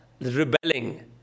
rebelling